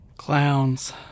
Clowns